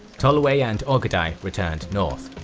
tolui and ogedai returned north,